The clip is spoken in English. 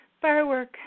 firework